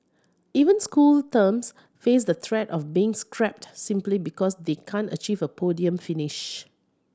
even school terms face the threat of being scrapped simply because they can't achieve a podium finish